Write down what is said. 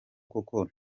koko